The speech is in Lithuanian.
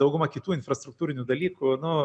dauguma kitų infrastruktūrinių dalykų nu